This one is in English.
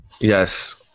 Yes